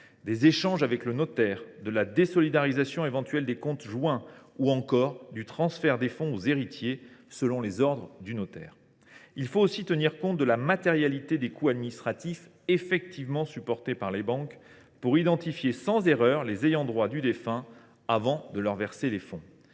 des échanges avec le notaire, de la désolidarisation éventuelle des comptes joints ou encore du transfert des fonds aux héritiers selon les ordres du notaire. Il faut aussi tenir compte de la matérialité des coûts administratifs effectivement supportés par les banques pour identifier sans erreur les ayants droit du défunt avant de leur verser les fonds.